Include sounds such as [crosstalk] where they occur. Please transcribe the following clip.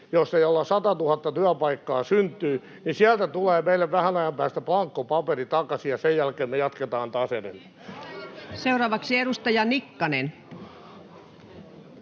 ala sataatuhatta työpaikkaa syntymään, niin sieltä tulee meille vähän ajan päästä blanko paperi takaisin, ja sen jälkeen me jatketaan taas edelleen. [noise] Seuraavaksi edustaja Nikkanen.